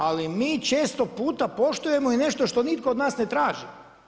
Ali mi često puta poštujemo i nešto što nitko od nas ne traži.